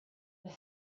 the